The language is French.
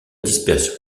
dispersion